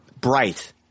Bright